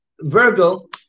Virgo